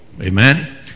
Amen